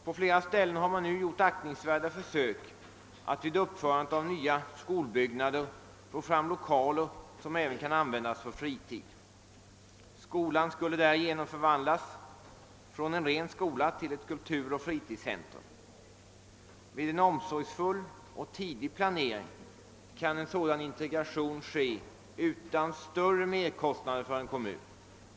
På flera ställen har man nu gjort aktningsvärda försök att vid uppförandet av nya skolbyggnader få fram lokaler som även kan användas på fritid. Skolan skulle därigenom förvandlas från att vara en ren skola till ett kulturoch fritidshem. Vid en omsorgsfull och tidig planering kan en sådan integration ske utan större merkostnader för en kommun.